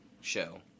show